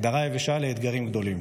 הגדרה יבשה לאתגרים גדולים,